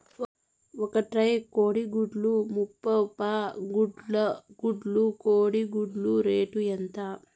ఒక ట్రే కోడిగుడ్లు ముప్పై గుడ్లు కోడి గుడ్ల రేటు ఎంత?